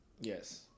Yes